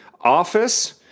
office